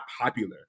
popular